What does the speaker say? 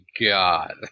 God